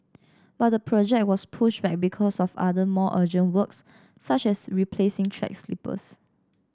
but the project was pushed back because of other more urgent works such as replacing track sleepers